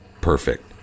perfect